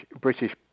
British